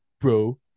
bro